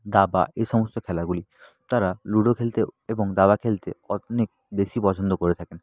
দাবা এই সমস্ত খেলাগুলি তারা লুডো খেলতে এবং দাবা খেলতে অরনেক বেশি পছন্দ করে থাকেন